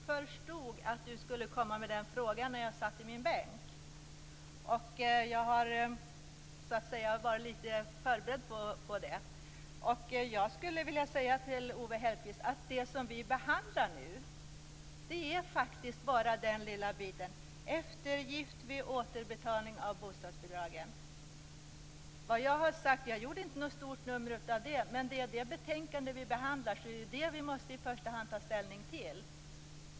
Fru talman! Jag förstod, när jag satt i min bänk, att Owe Hellberg skulle komma med den frågan. Jag har så att säga varit lite förberedd på den. Det vi nu behandlar är faktiskt bara den lilla delen, nämligen eftergift vid återbetalning av bostadsbidragen. Jag gjorde inte något stort nummer av det, men det är det betänkandet vi behandlar. Det är ju det vi i första hand måste ta ställning till.